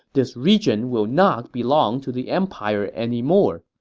this region will not belong to the empire anymore.